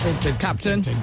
Captain